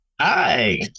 hi